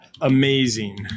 amazing